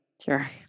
Sure